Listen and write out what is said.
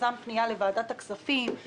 יזם פנייה לוועדת הכספים,